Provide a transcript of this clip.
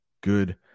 good